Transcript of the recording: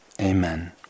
Amen